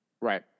Right